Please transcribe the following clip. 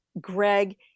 Greg